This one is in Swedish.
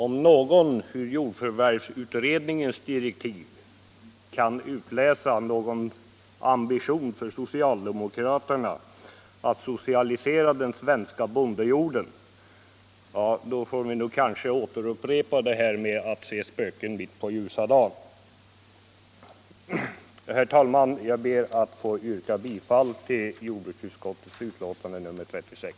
Om någon ur jordförvärvsutredningens direktiv kan utläsa en ambition hos socialdemokraterna att socialisera den svenska bondejorden, får vi kanske lov att upprepa talet om att se spöken mitt på ljusa dagen. Herr talman! Jag ber att få yrka bifall till jordbruksutskottets betänkande 36.